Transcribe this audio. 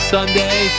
Sunday